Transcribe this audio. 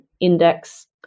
index